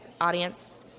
audience